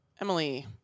Emily